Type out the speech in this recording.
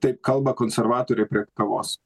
taip kalba konservatoriai prie kavos